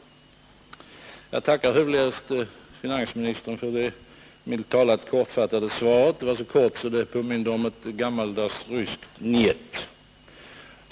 Jag tackar hövligast finansministern för det, milt talat, kortfattade svaret. Det var så kort att det påminde om ett gammaldags ryskt ”njet”.